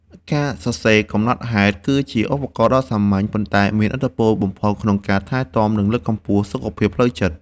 ការសរសេរកំណត់ហេតុ គឺជាឧបករណ៍ដ៏សាមញ្ញ ប៉ុន្តែមានឥទ្ធិពលបំផុតក្នុងការថែទាំ និងលើកកម្ពស់សុខភាពផ្លូវចិត្ត។